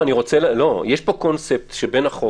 יש קונספט בין החוק